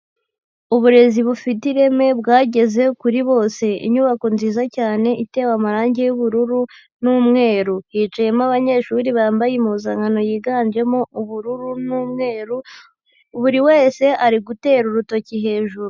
Uburezi bufite ireme bwageze kuri bose. Inyubako nziza cyane, itewe amarangi y'ubururu n'umweru, hicayemo abanyeshuri bambaye impuzankano yiganjemo ubururu n'umweru, buri wese ari gutera urutoki hejuru.